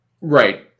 Right